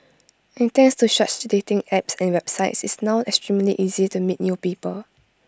and thanks to such dating apps and websites it's now extremely easy to meet new people